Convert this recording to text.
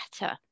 better